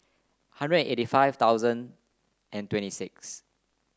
hundred eighty five thousand and twenty six